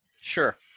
sure